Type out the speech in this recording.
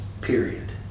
period